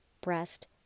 breast